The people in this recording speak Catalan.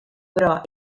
però